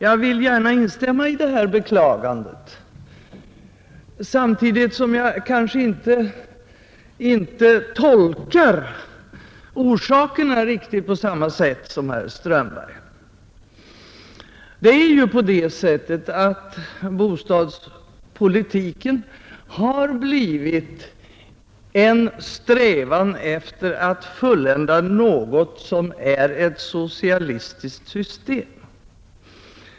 Jag vill gärna instämma i herr Strömbergs beklagande. Men jag tolkar kanske inte orsakerna på riktigt samma sätt som herr Strömberg. Det är ju på det sättet att bostadspolitiken har blivit en strävan att fullända något som är ett socialistiskt system.